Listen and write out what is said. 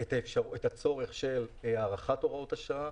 את הצורך בהארכת הוראות השעה.